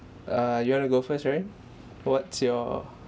err you want to go first ryan what's your